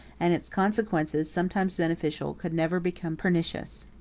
and its consequences, sometimes beneficial, could never become pernicious.